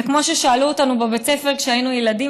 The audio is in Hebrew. וכמו ששאלו אותנו בבית הספר כשהיינו ילדים,